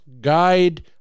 guide